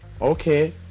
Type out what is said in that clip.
okay